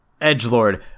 Edgelord